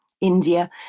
India